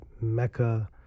Mecca